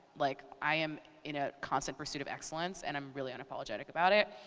like i am in a constant pursuit of excellence, and i'm really unapologetic about it.